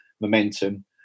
momentum